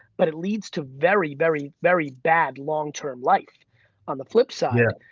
but it leads to very very very bad long term life on the flip side.